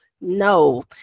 No